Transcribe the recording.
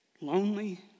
lonely